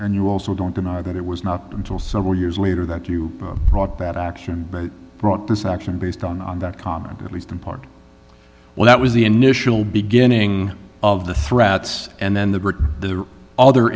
that you also don't deny that it was not until several years later that you thought that action brought this action based on that common at least in part well that was the initial beginning of the threats and then the the